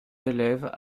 élèves